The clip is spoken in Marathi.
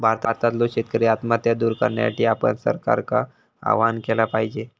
भारतातल्यो शेतकरी आत्महत्या दूर करण्यासाठी आपण सरकारका आवाहन केला पाहिजे